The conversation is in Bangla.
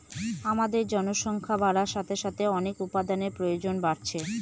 আমাদের জনসংখ্যা বাড়ার সাথে সাথে অনেক উপাদানের প্রয়োজন বাড়ছে